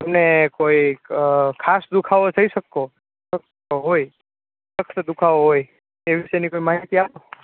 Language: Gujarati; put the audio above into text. તમે કોઈક ખાસ દુખાવો કરી શકો હોય હોય તે વિશેની કોઈ માહિતી